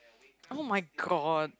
[oh]-my-god